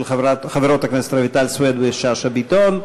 חברות הכנסת רויטל סויד ושאשא ביטון,